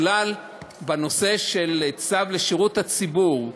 בנושא של צו לשירות הציבור,